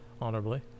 honorably